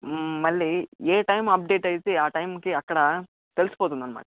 మళ్ళీ ఏ time update అయితే ఆ టైంకి అక్కడ తెలిసిపోతుంది అనమాట